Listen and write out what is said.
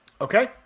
Okay